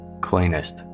cleanest